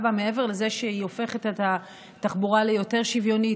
מעבר לזה שהיא הופכת את התחבורה ליותר שוויונית,